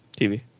tv